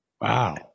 Wow